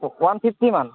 one fifty মান